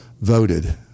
voted